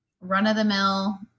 run-of-the-mill